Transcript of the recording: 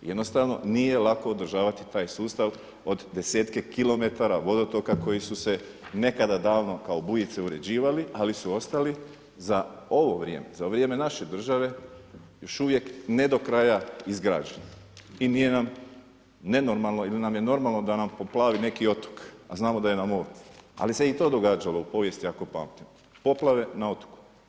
Jednostavno, nije lako održavati taj sustav od desetke kilometara vodotoka koji su se nekada davno kao bujice uređivali ali su ostali za ovo vrijeme, za vrijeme naše države još uvijek ne do kraja izgrađeni i nije nam nenormalno ili nam je normalno da nam poplavi neki otok a znamo da je na moru, ali se i to događalo u povijesti ako pamtimo, poplave na otoku.